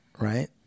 right